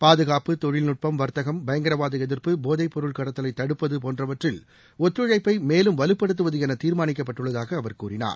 பாதுகாப்பு தொழில்நுட்பம் வர்த்தகம் பயங்கரவாத எதிய்பு போதை பொருள் கடத்தலை தடுப்பது போன்றவற்றில் ஒத்துழைப்பை மேலும் வலுப்படுத்துவது என தீர்மானிக்கப்பட்டுள்ளதாக அவர் கூறினார்